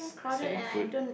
selling food